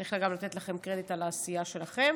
צריך גם לתת לכם קרדיט על העשייה שלכם.